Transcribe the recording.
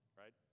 right